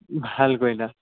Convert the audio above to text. ভাল কৰিলা